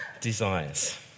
desires